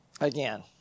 again